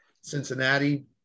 Cincinnati